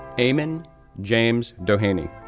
eamon james doheny,